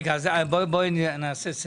נעשה סדר.